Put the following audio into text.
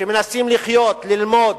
שמנסים לחיות, ללמוד,